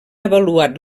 avaluat